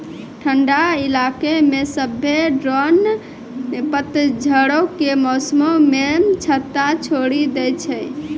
ठंडा इलाका मे सभ्भे ड्रोन पतझड़ो के मौसमो मे छत्ता छोड़ि दै छै